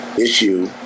issue